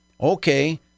okay